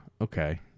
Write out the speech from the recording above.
okay